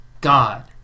God